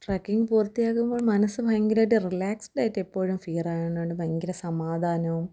trekking പൂർത്തിയാകുമ്പോൾ മനസ്സ് ഭയങ്കരമായിട്ട് റിലാക്സ്ഡ് ആയിട്ട് എപ്പോഴും ഫീൽ ആവുന്നുണ്ട് ഭയങ്കര സമാധാനവും